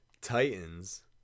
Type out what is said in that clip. titans